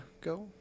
go